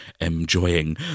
enjoying